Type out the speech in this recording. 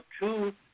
two